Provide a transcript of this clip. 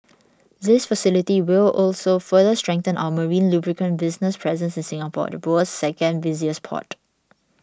this facility will also further strengthen our marine lubricant business's presence in Singapore the world's second busiest port